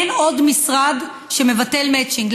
אין עוד משרד שמבטל מצ'ינג.